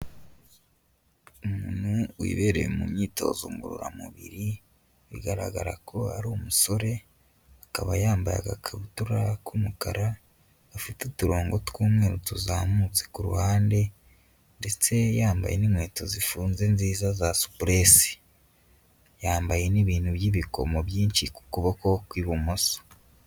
Umuntu wibereye mu myitozo ngororamubiri bigaragara ko ari umusore, akaba yambaye agakabutura k'umukara, gafite uturongo tw'umweru tuzamutse ku ruhande ndetse yambaye n'inkweto zifunze nziza za supuresi, yambaye n'ibintu by'ibikomo byinshi ku kuboko kwi'bumoso.